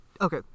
okay